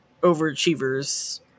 overachievers